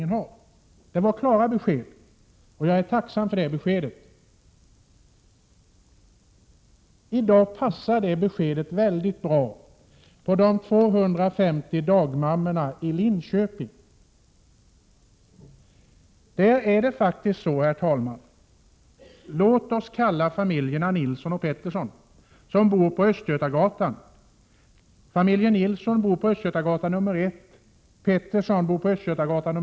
Det var ett klart besked, och jag är tacksam för det. I dag passar det mycket bra för de 250 dagmammorna i Linköping. Där är situationen följande. Låt oss säga att det finns två familjer som heter Nilsson och Pettersson som bor på Östgötagatan. Familjen Nilsson bor på Östgötagatan 1 och familjen Pettersson på Östgötagatan 2.